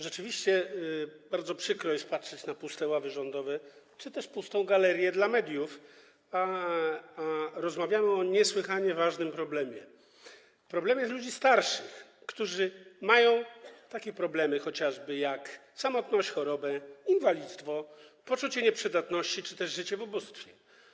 Rzeczywiście bardzo przykro jest patrzeć na puste ławy rządowe, czy też pustą galerię dla mediów, a rozmawiamy o niesłychanie ważnym zagadnieniu dotyczącym ludzi starszych, którzy mają takie problemy chociażby, jak: samotność, choroby, inwalidztwo, poczucie nieprzydatności, czy też życie w ubóstwie.